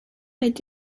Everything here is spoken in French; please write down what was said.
est